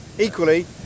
Equally